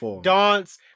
dance